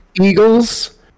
Eagles